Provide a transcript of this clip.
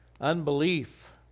unbelief